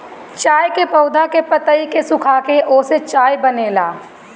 चाय के पौधा के पतइ के सुखाके ओसे चाय बनेला